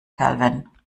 kelvin